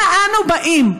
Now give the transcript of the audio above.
אנה אנו באים?